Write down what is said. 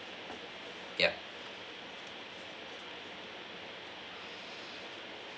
yup